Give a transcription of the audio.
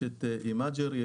יש "אימג'רי",